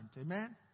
Amen